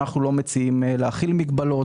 ואנחנו לא מציעים להחיל מגבלות.